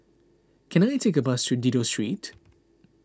can I take a bus to Dido Street